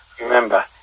Remember